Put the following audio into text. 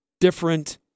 different